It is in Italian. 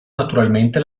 naturalmente